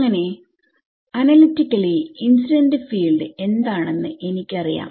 അങ്ങനെ analytically incident field എന്താണെന്ന് എനിക്കറിയാം